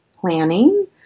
planning